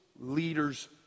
leader's